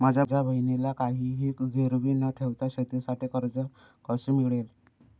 माझ्या बहिणीला काहिही गिरवी न ठेवता शेतीसाठी कर्ज कसे मिळेल?